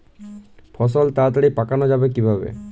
ফসল তাড়াতাড়ি পাকানো যাবে কিভাবে?